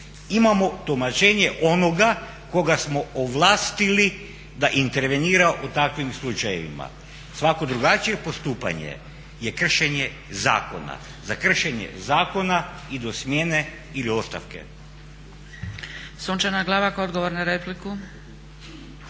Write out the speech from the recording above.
imamo tumačenje onoga koga smo ovlastili da intervenira u takvim slučajevima. Svatko drugačije postupanje je kršenje zakona. Za kršenje zakona idu smjene ili ostavke.